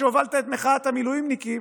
שהובלת את מחאת המילואימניקים,